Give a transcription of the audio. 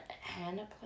hannah